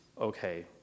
okay